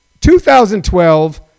2012